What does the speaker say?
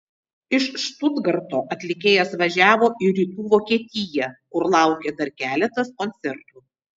iš štutgarto atlikėjas važiavo į rytų vokietiją kur laukė dar keletas koncertų